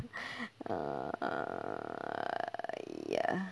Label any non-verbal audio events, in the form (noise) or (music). (breath) err ya